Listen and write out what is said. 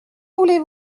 voulez